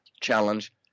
challenge